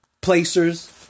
placers